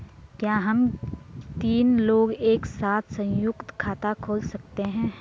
क्या हम तीन लोग एक साथ सयुंक्त खाता खोल सकते हैं?